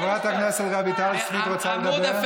חברת הכנסת רויטל סויד, רוצה לדבר או מוותרת?